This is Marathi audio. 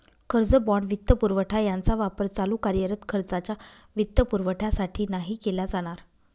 कर्ज, बाँड, वित्तपुरवठा यांचा वापर चालू कार्यरत खर्चाच्या वित्तपुरवठ्यासाठी नाही केला जाणार